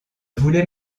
voulais